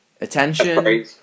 attention